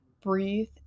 breathe